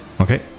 Okay